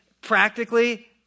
practically